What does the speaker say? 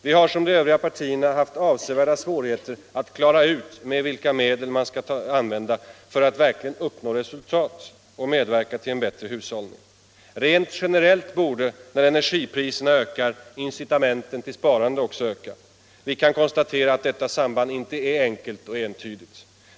Vi har som de övriga partierna haft avsevärda svårigheter att klara ut vilka medel man skall använda för att verkligen uppnå resultat och medverka till en bättre hushållning. Rent generellt borde, när energipriserna ökar, incitamenten till sparande också öka. Vi kan konstatera att detta samband inte är enkelt och entydigt.